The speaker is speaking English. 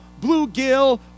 bluegill